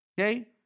okay